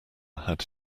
had